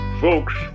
Folks